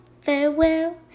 farewell